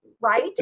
right